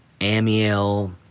Amiel